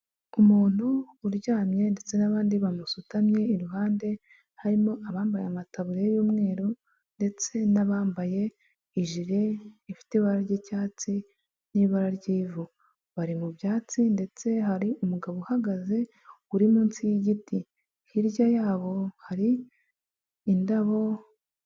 Umuntu uryamye ndetse n'abandi bamusutamye iruhande, harimo abambaye amataburiya y'umweru ndetse n'abambaye ijere ifite ibara ry'icyatsi n'ibara ry'ivu, bari mu byatsi ndetse hari umugabo uhagaze uri munsi y'igiti, hirya yabo hari indabo.